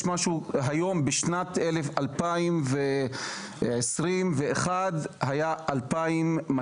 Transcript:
בשנת 2021 היה 2,200